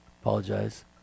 Apologize